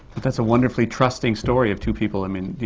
but that's a wonderfully trusting story of two people, i mean,